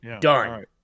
Done